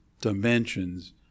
dimensions